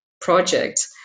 project